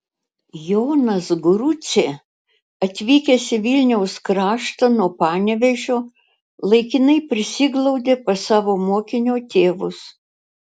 jonas grucė atvykęs į vilniaus kraštą nuo panevėžio laikinai prisiglaudė pas savo mokinio tėvus